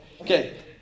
Okay